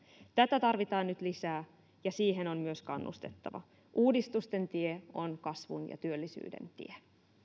tätä tarvitaan nyt lisää ja siihen on myös kannustettava uudistusten tie on kasvun ja työllisyyden tie